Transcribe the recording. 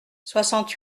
soixante